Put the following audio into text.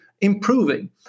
improving